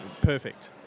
perfect